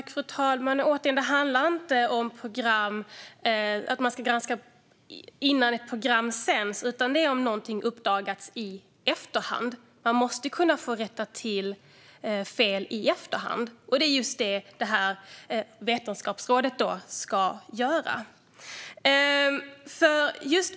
Fru talman! Det handlar inte om att man ska granska innan ett program sänds, utan detta gäller om någonting uppdagas i efterhand. Man måste kunna få rätta till fel i efterhand. Det är just det som detta vetenskapsråd ska göra.